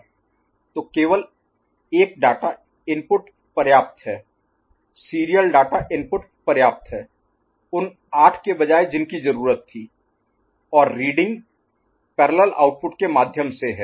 तो केवल 1 data input पर्याप्त है सीरियल डाटा इनपुट पर्याप्त है उन 8 के बजाय जिनकी जरूरत थी और रीडिंग पैरेलल आउटपुट के माध्यम से है